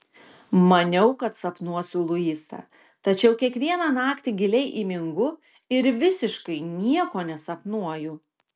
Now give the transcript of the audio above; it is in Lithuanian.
maniau kad sapnuosiu luisą tačiau kiekvieną naktį giliai įmingu ir visiškai nieko nesapnuoju